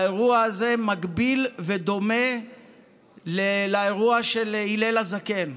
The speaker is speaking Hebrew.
האירוע הזה מקביל ודומה לאירוע של הלל הזקן.